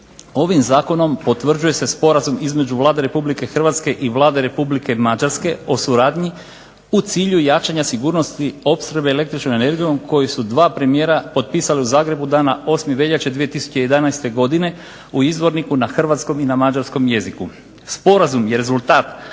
Ovim zakonom potvrđuje se Sporazum između Vlade Republike Hrvatske i Vlade Republike Mađarske o suradnji u cilju jačanja sigurnosti opskrbe električnom energijom koju su dva premijera potpisali u Zagrebu dana 8. veljače 2011. godine u izvorniku na hrvatskom i na mađarskom jeziku. Sporazum i rezultat